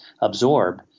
absorb